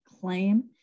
claim